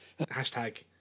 Hashtag